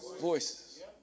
voices